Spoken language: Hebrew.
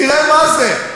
תראה מה זה.